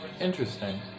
Interesting